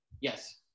Yes